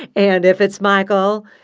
and if it's michael,